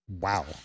Wow